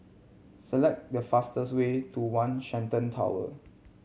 select the fastest way to One Shenton Tower